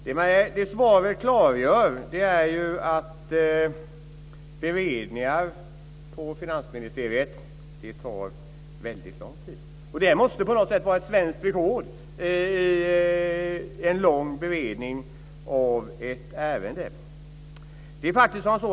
Vad svaret klargör är att beredningar i Finansdepartementet tar väldigt lång tid. Det här måste vara svenskt rekord i lång beredning av ett ärende.